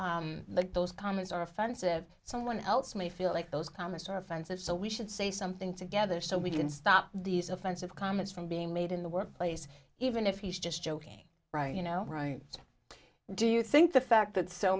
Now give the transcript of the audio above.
the those comments are offensive someone else may feel like those comments are offensive so we should say something together so we can stop these offensive comments from being made in the workplace even if he's just joking right you know do you think the fact that so